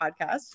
podcast